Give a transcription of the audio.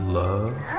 love